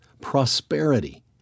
prosperity